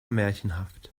märchenhaft